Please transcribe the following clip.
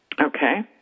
Okay